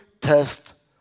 Test